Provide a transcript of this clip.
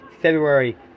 february